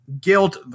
guilt